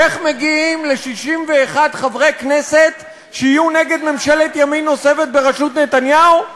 איך מגיעים ל-61 חברי כנסת שיהיו נגד ממשלת ימין נוספת בראשות נתניהו?